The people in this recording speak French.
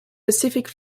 pacific